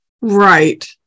Right